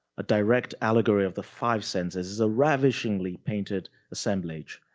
a direct allegory of the five senses is a ravishingly painted assemblage.